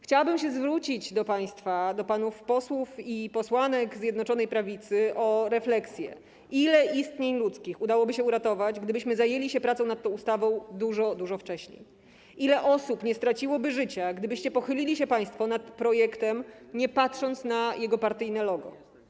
Chciałabym zwrócić się do państwa, do panów posłów i pań posłanek Zjednoczonej Prawicy, o refleksję, ile istnień ludzkich udałoby się uratować, gdybyśmy zajęli się pracą nad tą ustawą dużo, dużo wcześniej, ile osób nie straciłoby życia, gdybyście pochylili się państwo nad projektem, nie patrząc na jego partyjne logo.